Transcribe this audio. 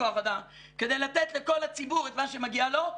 כוח-אדם כדי לתת לכל הציבור את מה שמגיע לו.